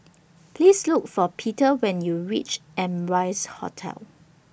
Please Look For Peter when YOU REACH Amrise Hotel